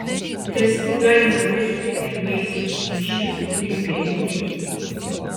testu galima tirti ir vaisiaus skysčius bei pieno mėginius